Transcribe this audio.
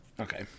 Okay